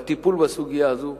בטיפול בסוגיה הזו.